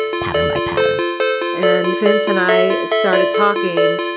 pattern by pattern and vince and i started talking,